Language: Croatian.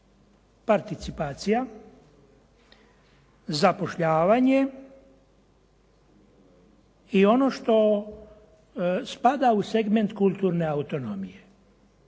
participacija, zapošljavanje i ono što spada u segment kulturne autonomije.